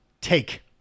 take